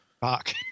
Fuck